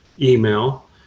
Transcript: email